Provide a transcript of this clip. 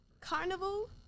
Carnival